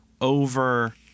over